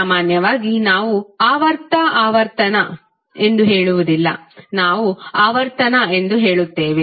ಸಾಮಾನ್ಯವಾಗಿ ನಾವು ಆವರ್ತ ಆವರ್ತನ ಎಂದು ಹೇಳುವುದಿಲ್ಲ ನಾವು ಆವರ್ತನ ಎಂದು ಹೇಳುತ್ತೇವೆ